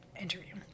interview